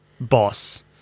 boss